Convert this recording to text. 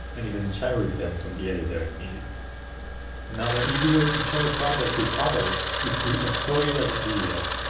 and even chat with them from the editor. i mean another easy way to share a project with others is to export it as a pdf